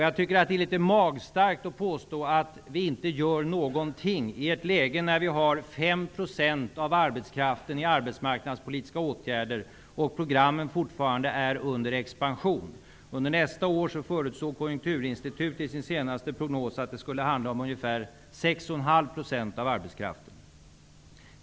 Jag tycker att det är litet magstarkt att påstå att vi inte gör någonting i ett läge när vi har 5 % av arbetskraften i arbetsmarknadspolitiska åtgärder och programmen fortfarande är under expansion. Konjunkturinstitutet förutsåg i sin senaste prognos att det skulle handla om ungefär 6,5 % av arbetskraften under nästa år.